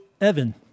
Evan